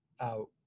out